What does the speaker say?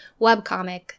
webcomic